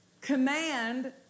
command